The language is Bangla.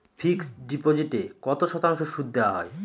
ফিক্সড ডিপোজিটে কত শতাংশ সুদ দেওয়া হয়?